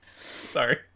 Sorry